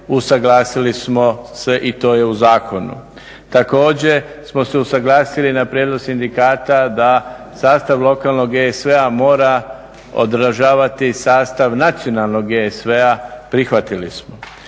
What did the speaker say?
usuglasili smo se i to je u zakonu. Također smo se usuglasili na prijedlog sindikata da sastav lokalnog GSV-a mora odražavati sastav nacionalnog GSV-a prihvatili smo.